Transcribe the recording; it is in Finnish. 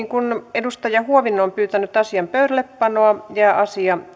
kun edustaja huovinen on pyytänyt asian pöydällepanoa jää asia